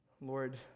Lord